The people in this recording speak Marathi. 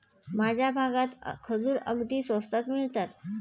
माझ्या भागात खजूर अगदी स्वस्तात मिळतात